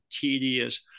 tedious